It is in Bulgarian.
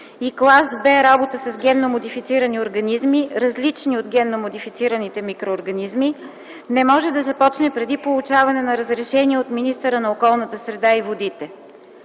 и клас Б работата с генно модифицирани организми, различни от генно модифицираните микроорганизми, не може да започне преди получаване на разрешение от министъра на околната среда и водите.